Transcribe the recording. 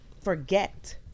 forget